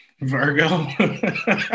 virgo